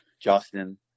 Justin